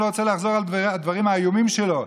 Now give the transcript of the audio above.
ואני לא רוצה לחזור על הדברים האיומים שלו.